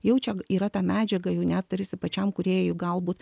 jau čia yra ta medžiaga jau net tarsi pačiam kūrėjui galbūt